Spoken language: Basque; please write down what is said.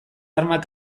armak